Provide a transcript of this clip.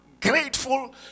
grateful